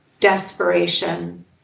desperation